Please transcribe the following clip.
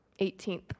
18th